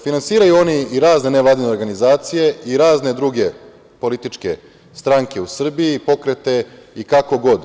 Finansiraju oni i razne nevladine organizacije i razne druge političke stranke u Srbiji, pokrete, i kako god.